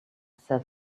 said